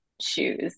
shoes